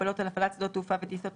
הקורונה החדש (הוראת שעה) (הגבלות על הפעלת שדות תעופה וטיסות),